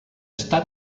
està